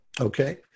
Okay